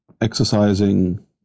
Exercising